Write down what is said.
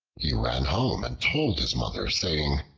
he ran home and told his mother, saying,